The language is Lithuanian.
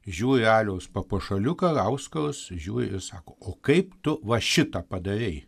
žiūri aliaus papuošaliuką auskarus žiūri ir sako o kaip tu va šitą padarei